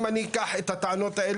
אני מבקש לומר את הדבר היסודי,